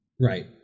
Right